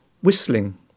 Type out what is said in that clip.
whistling